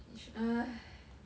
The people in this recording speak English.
你 should ai~